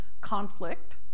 conflict